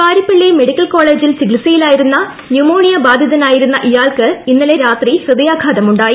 Parippally medical കോളേജിൽ ചികിത്സയിലായിരുന്ന pneumonia ബാധിതനായിരുന്ന ഇയാൾക്ക് ഇന്നലെ രാത്രി ഹൃദയാഘാതം ഉണ്ടായി